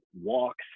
walks